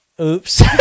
Oops